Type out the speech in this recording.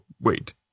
wait